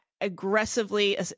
Aggressively